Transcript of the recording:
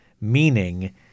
Meaning